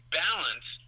balance